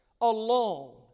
alone